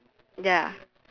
ya